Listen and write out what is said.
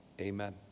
Amen